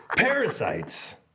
Parasites